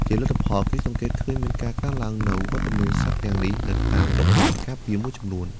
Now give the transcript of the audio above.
ជាលទ្ធផល គេសង្កេតឃើញមានការកើនឡើងនូវវត្តមានសត្វទាំងនេះនៅតាមតំបន់ការពារមួយចំនួន។